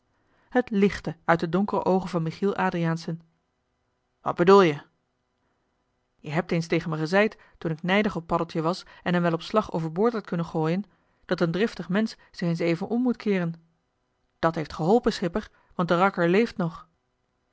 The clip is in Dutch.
het lichtte uit de donkere oogen van michiel adriaensen wat bedoel je joe hebt eens tegen me gezeid toen ik nijdig op paddeltje was en hem wel op slag over boord had kunnen gooien dat een driftig mensch zich eens even om moet keeren dat heeft geholpen schipper want de rakker leeft nog